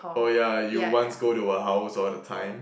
oh yeah you once go to her house all the time